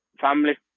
family